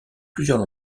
plusieurs